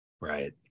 right